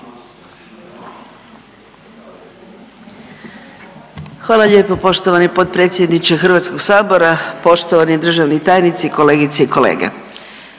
Hvala lijepo poštovani potpredsjedniče Hrvatskog sabora, poštovani državni tajnici kolegice i kolege.